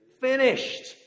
finished